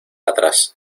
atrás